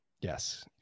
Yes